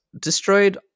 destroyed